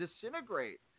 disintegrate